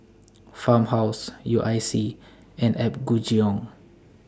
Farmhouse U I C and Apgujeong